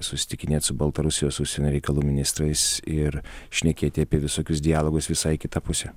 susitikinėt su baltarusijos užsienio reikalų ministrais ir šnekėti apie visokius dialogus visai į kitą pusę